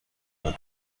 und